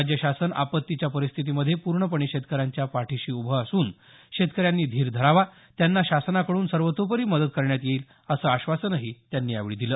राज्य शासन आपत्तीच्या परिस्थितीमध्ये पूर्णपणे शेतकऱ्यांच्या पाठीशी उभे असून शेतकऱ्यांनी धीर धरावा त्यांना शासनाकडून सर्वतोपरी मदत करण्यात येईल असं आश्वासनही त्यांनी यावेळी दिलं